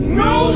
no